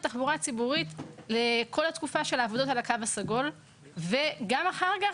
תחבורה ציבורית לכול התקופה של העבודות על "הקו הסגול" וגם אחר-כך,